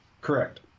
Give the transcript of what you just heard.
Correct